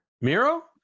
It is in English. Miro